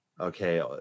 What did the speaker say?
okay